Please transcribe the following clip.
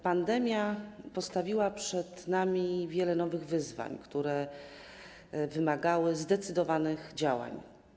Pandemia postawiła przed nami wiele nowych wyzwań, które wymagały zdecydowanych działań.